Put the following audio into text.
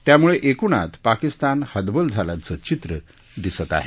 त्यामुळे एकूणात पाकिस्तान हतबल झाल्याचं चित्र दिसत आहे